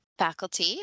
faculty